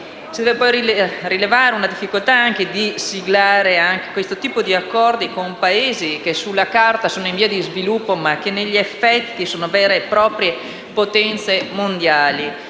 Si deve poi rilevare la difficoltà di siglare questo tipo di accordi con Paesi che sulla carta sono in via di sviluppo, ma che a tutti gli effetti sono delle vere e proprie potenze mondiali